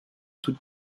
toute